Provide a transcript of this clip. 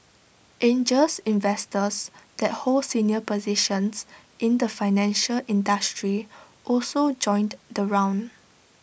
angel investors that hold senior positions in the financial industry also joined the round